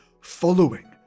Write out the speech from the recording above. following